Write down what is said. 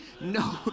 No